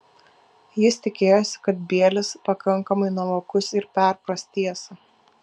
jis tikėjosi kad bielis pakankamai nuovokus ir perpras tiesą